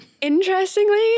Interestingly